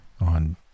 on